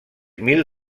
mil